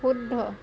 শুদ্ধ